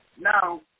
Now